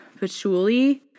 patchouli